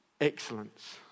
excellence